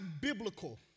biblical